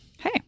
hey